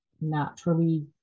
naturally